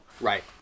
Right